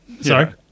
sorry